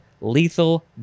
lethal